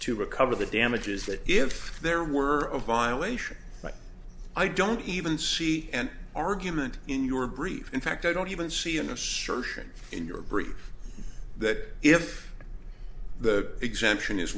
to recover the damages that if there were a violation but i don't even see an argument in your briefs in fact i don't even see an assertion in your brief that if the exemption is